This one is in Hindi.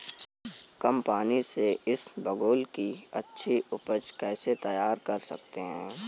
कम पानी से इसबगोल की अच्छी ऊपज कैसे तैयार कर सकते हैं?